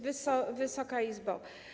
Wysoka Izbo!